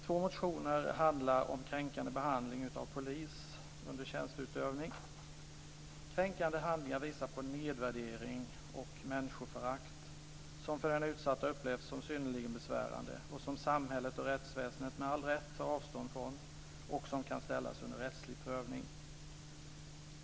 Två motioner handlar om kränkande behandling av polis under tjänsteutövning. Kränkande handlingar visar på nedvärdering och människoförakt som av den utsatta upplevs som synnerligen besvärande och som samhället och rättsväsendet med all rätt tar avstånd från och som kan ställas under rättslig prövning.